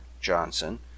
Johnson